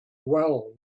well